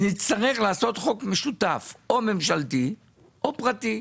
אז נצטרך לעשות חוק משותף, או ממשלתי או פרטי.